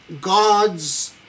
God's